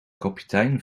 kapitein